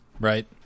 Right